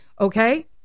Okay